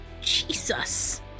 Jesus